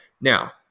Now